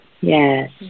Yes